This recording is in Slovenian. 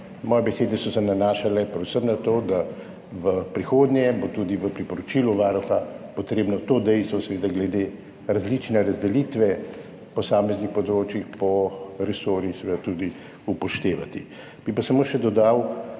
Moje besede so se nanašale predvsem na to, da bo v prihodnje tudi v priporočilu Varuha treba to dejstvo glede različne razdelitve posameznih področij po resorjih seveda tudi upoštevati. Bi pa dodal